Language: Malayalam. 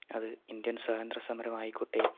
അത് ഇന്ത്യൻ സ്വാതന്ത്ര്യ സമരമായിക്കോട്ടെ